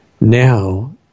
now